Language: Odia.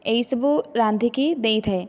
ଏହିସବୁ ରାନ୍ଧିକି ଦେଇଥାଏ